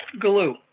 Glue